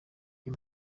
uyu